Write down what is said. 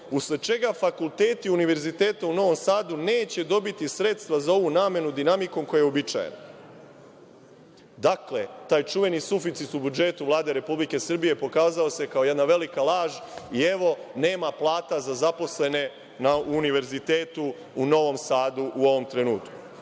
usled čega fakulteti Univerziteta u Novom Sadu neće dobiti sredstva za ovu namenu dinamikom koja je uobičajena. Dakle, taj čuveni suficit u budžetu Vlade Republike Srbije pokazao se kao jedna velika laž i evo, nema plata za zaposlene na Univerzitetu u Novom Sadu u ovom trenutku. Pitanje,